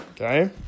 Okay